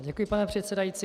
Děkuji, pane předsedající.